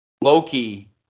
Loki